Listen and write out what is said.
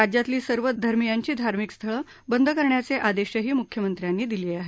राज्यातली सर्व धर्मियांची धार्मिक स्थळं बंद करण्याचे आदेशही म्ख्यमंत्र्यांनी दिले आहेत